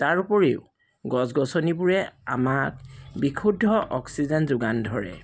তাৰ উপৰিও গছ গছনিবোৰে আমাক বিশুদ্ধ অক্সিজেন যোগান ধৰে